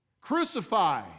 Crucify